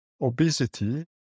obesity